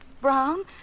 Brown